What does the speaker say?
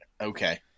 okay